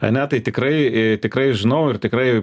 ane tai tikrai tikrai žinau ir tikrai